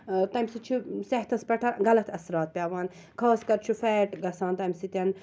اۭں تَمہِ سۭتۍ چھُ صحتَس پٮ۪ٹھ غَلط اثَرات پیٚوان خاص کر چھُ فیٹ گَژھان تَمہِ سۭتۍ